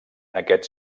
aquest